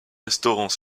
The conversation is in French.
restaurant